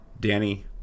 Danny